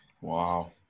wow